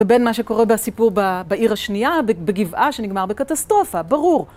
ובין מה שקורה בסיפור בעיר השנייה, בגבעה, שנגמר בקטסטרופה, ברור.